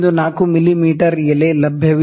4 ಮಿಮೀ ಎಲೆ ಲಭ್ಯವಿಲ್ಲ